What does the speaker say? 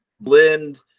blend